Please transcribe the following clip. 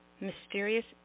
mysterious